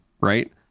right